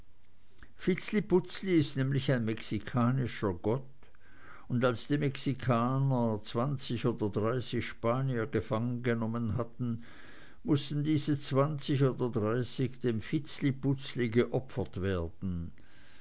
vitzliputzli ist nämlich ein mexikanischer gott und als die mexikaner zwanzig oder dreißig spanier gefangengenommen hatten mußten diese zwanzig oder dreißig dem vitzliputzli geopfert werden